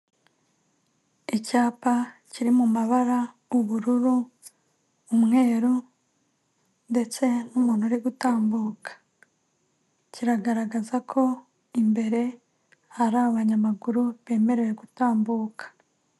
Icyapa kiri mu mabara: ubururu, umweru, ndetse n'umuntu uri gutambuka; kiragaragaza ko imbere hari abanyamaguru bemerewe gutambuka.